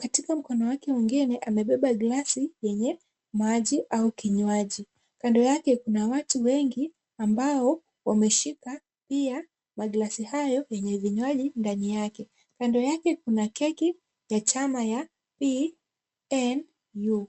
katika mkono wake mwingine amebeba glasi ya maji au kinywaji. kando yake kuna watu wengi ambao wameshika pia maglasi hayo yenye vinywaji ndani yake kando yake kuna keki ya chama cha PNU.